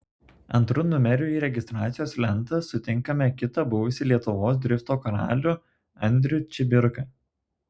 antru numeriu į registracijos lentą sutinkame kitą buvusį lietuvos drifto karalių andrių čibirką